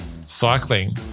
cycling